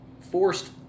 forced